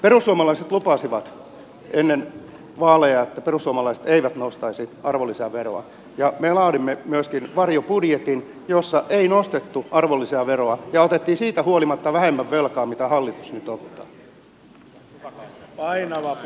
perussuomalaiset lupasivat ennen vaaleja että perussuomalaiset eivät nostaisi arvonlisäveroa ja me laadimme myöskin varjobudjetin jossa ei nostettu arvonlisäveroa ja otettiin siitä huolimatta vähemmän velkaa kuin hallitus nyt ottaa